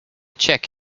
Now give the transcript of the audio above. cheque